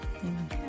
Amen